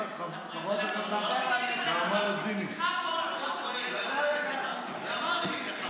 אנחנו לא רק ענייניים, אנחנו גם איתך פה.